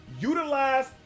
utilize